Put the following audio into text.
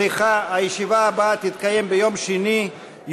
הישיבה הבאה תתקיים ביום שני,